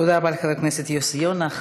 תודה רבה לחבר הכנסת יוסי יונה.